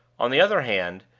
on the other hand,